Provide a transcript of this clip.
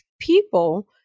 people